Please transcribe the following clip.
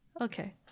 okay